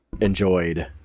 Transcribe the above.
enjoyed